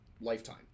lifetime